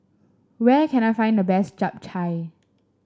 where can I find the best Chap Chai